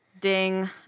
Ding